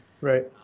Right